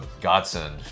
godsend